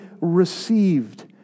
received